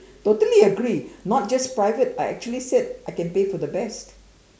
totally agree not just private I actually said I can pay for the best